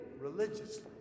religiously